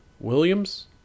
Williams